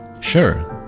sure